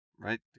Right